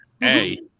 Hey